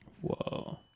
Whoa